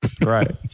right